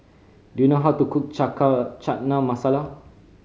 do you know how to cook Chana Masala